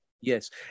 Yes